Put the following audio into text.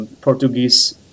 Portuguese